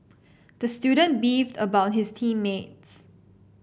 the student beefed about his team mates